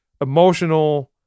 emotional